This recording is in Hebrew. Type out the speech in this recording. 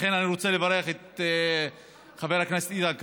לכן אני רוצה לברך את חבר הכנסת איתן כבל,